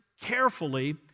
carefully